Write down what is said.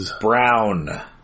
Brown